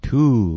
Two